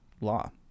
law